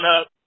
up